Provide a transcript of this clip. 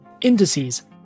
indices